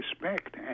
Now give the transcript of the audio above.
respect